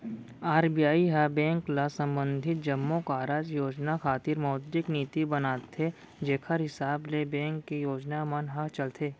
RBI ह bank ल संबंधित जम्मो कारज योजना खातिर मौद्रिक नीति बनाथे जेखर हिसाब ले बेंक के योजना मन ह चलथे